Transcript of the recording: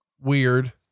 weird